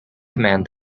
command